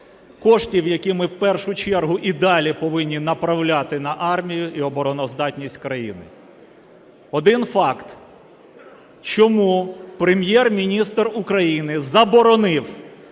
коштів, які ми в першу чергу і далі повинні направляти на армію і обороноздатність країни. Один факт, чому Прем'єр-міністр України заборонив